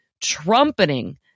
trumpeting